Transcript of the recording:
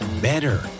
better